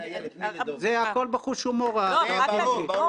דעתך נשמעה, גם כעיתונאי וגם כאיש מוערך,